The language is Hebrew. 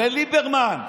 וליברמן.